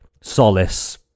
solace